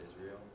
Israel